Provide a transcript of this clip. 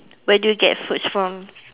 where do you get fruits from